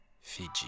Fiji